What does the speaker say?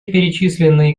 перечисленные